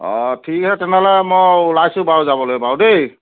অ ঠিক আছে তেনেহ'লে মই ওলাইছোঁ বাৰু যাবলৈ বাৰু দেই